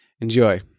Enjoy